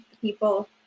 People